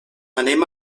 anem